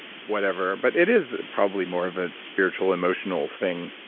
whatever. but it is probably more of a spiritual, emotional thing,